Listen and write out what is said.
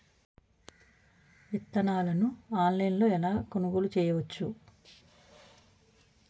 విత్తనాలను ఆన్లైన్లో ఎలా కొనుగోలు చేయవచ్చున?